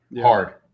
hard